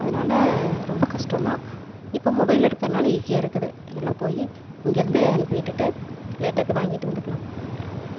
அதனால ரொம்ப கஷ்டந்தான் இப்போது மொபைல் இருக்கிறதுனால ஈசியாக இருக்குது எல்லா போய் இங்கேருந்தே அனுப்பி விட்டுட்டு லேட்டாக போய் வாங்கிட்டு வந்துக்கலாம்